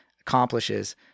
accomplishes